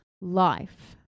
life